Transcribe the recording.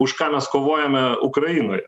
už ką mes kovojome ukrainoje